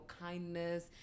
kindness